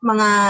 Mga